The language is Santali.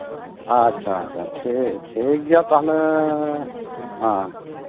ᱟᱪᱪᱷᱟ ᱟᱪᱪᱷᱟ ᱴᱷᱤᱠ ᱴᱷᱤᱠ ᱜᱮᱭᱟ ᱛᱟᱦᱚᱞᱮ ᱦᱮᱸ